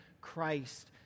Christ